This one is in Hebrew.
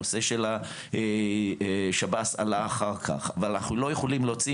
הנושא של השב"ס עלה אחר כך אנחנו לא יכולים להוציא